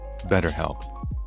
BetterHelp